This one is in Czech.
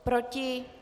Proti?